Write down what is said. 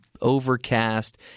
overcast